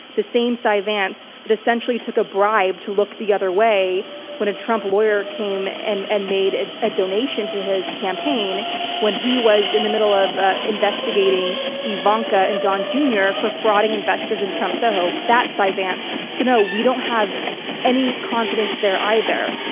the same cy vance that essentially took a bribe to look the other way when a trump lawyer came and and made ah a donation to his campaign when he was in the middle of ah investigating ivanka and don, jr. for frauding investors in trump soho, that cy vance. so no, we don't have any confidence there either.